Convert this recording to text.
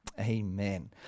amen